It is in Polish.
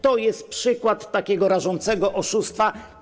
To jest przykład takiego rażącego oszustwa.